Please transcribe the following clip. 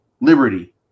liberty